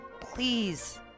please